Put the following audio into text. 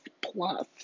plus